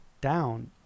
down